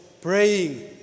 Praying